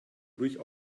ruhig